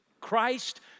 Christ